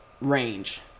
range